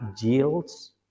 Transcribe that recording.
yields